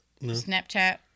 Snapchat